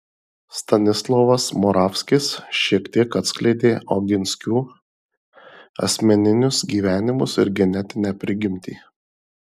stanislovas moravskis šiek tiek atskleidė oginskių asmeninius gyvenimus ir genetinę prigimtį